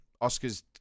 Oscar's